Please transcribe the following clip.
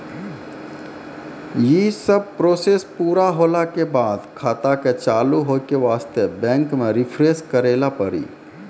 यी सब प्रोसेस पुरा होला के बाद खाता के चालू हो के वास्ते बैंक मे रिफ्रेश करैला पड़ी?